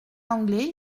l’anglais